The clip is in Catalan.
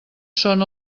són